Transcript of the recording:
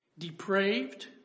Depraved